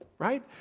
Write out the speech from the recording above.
Right